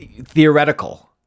theoretical